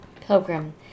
Pilgrim